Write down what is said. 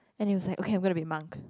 and you was like okay where to be marked